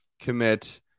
commit